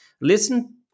listen